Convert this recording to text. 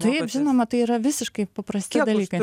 taip žinoma tai yra visiškai paprasti dalykai